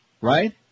right